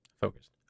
Focused